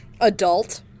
Adult